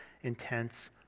intense